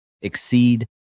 exceed